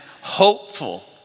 hopeful